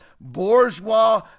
bourgeois